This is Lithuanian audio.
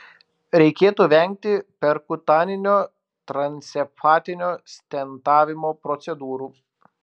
reikėtų vengti perkutaninio transhepatinio stentavimo procedūrų